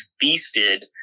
feasted